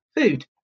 Food